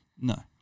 No